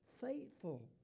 faithful